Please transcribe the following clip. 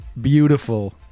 beautiful